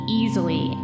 easily